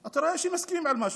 אתה רואה שמסכימים על משהו.